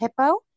hippo